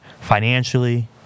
financially